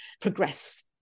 progress